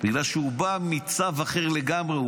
בגלל שהוא בא מצו אחר לגמרי,